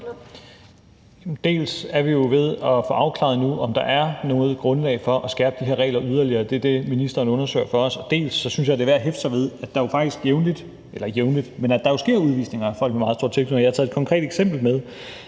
Dels er vi jo nu ved at få afklaret, om der er noget grundlag for at skærpe de her regler yderligere – det er det, ministeren undersøger for os – dels synes jeg, det er værd at hæfte sig ved, at der jo faktisk sker udvisning af folk med meget stor tilknytning. Jeg har taget et konkret eksempel med.